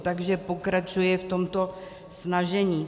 Takže pokračuji v tomto snažení.